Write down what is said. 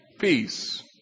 Peace